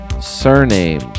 surname